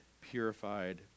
purified